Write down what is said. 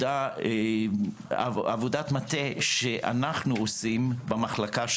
עבודת מטה שאנחנו עושים במחלקה שלנו,